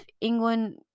England